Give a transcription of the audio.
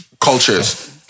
cultures